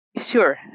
Sure